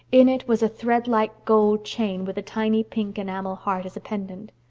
in it was a thread-like gold chain with a tiny pink enamel heart as a pendant.